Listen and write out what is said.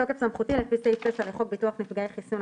"בתוקף סמכותי לפי סעיף 9 לחוק ביטוח נפגעי חיסון,